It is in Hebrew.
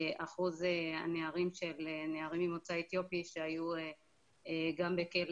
אחוז הנערים ממוצא אתיופי שהיו גם בכלא